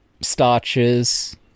starches